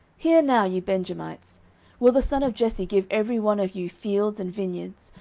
hear now, ye benjamites will the son of jesse give every one of you fields and vineyards,